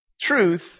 truth